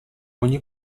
ogni